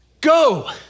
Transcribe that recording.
Go